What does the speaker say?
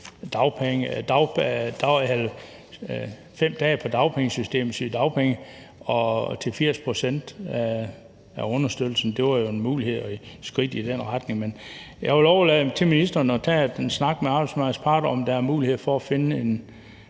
5 dage på dagpengesystemets sygedagpenge til 80 pct. af understøttelsen. Det var jo en mulighed og et skridt i den retning. Men jeg vil overlade det til ministeren at tage den snak med arbejdsmarkedets parter om, om der er mulighed for at finde en